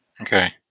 Okay